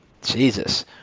Jesus